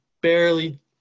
barely